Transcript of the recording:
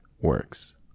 Works